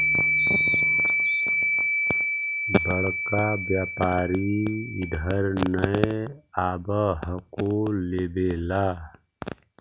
बड़का व्यापारि इधर नय आब हको लेबे ला?